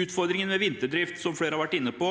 Utfordringene med vinterdrift som flere har vært inne på,